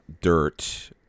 dirt